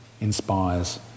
inspires